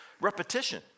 repetition